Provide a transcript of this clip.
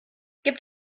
gibt